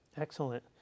excellent